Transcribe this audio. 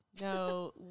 No